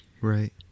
Right